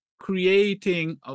creating